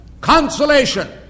consolation